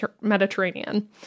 Mediterranean